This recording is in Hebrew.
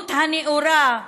ולתרבות הנאורה,